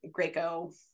Graco